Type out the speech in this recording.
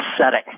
setting